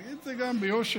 נגיד את זה גם ביושר.